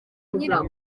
nyirawo